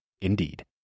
Indeed